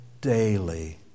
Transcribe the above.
daily